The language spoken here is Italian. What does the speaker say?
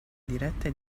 dirette